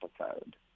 episode